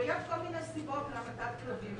ויש כל מיני סיבות להמתת כלבים.